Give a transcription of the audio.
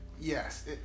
Yes